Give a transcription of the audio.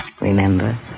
Remember